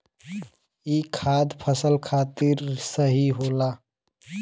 ई खाद फसल खातिर सही होला